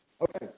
okay